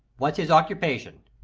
what's his occupation?